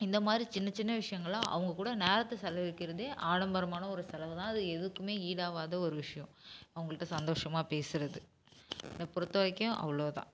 இந்த மாதிரி சின்ன சின்ன விஷயங்கள்லாம் அவங்க கூட நேரத்தை செலவலிக்கிறதே ஆடம்பரமான ஒரு செலவு தான் அது எதுக்குமே ஈடாவாத ஒரு விஷயோம் அவங்கள்ட்ட சந்தோஷமாக பேசுறது என்ன பொறுத்த வரைக்கும் அவ்வளோ தான்